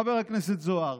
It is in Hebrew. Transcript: חבר הכנסת זוהר,